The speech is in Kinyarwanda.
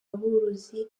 aborozi